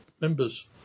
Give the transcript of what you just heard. members